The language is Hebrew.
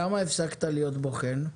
למה הפסקת להיות בוחן?